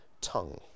tongue